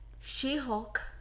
She-Hulk